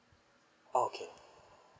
oh okay